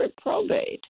probate